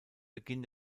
beginn